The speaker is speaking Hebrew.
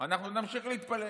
אנחנו נמשיך להתפלל,